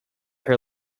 her